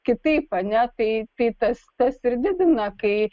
kitaip ar ne tai tai tas tas ir didina kai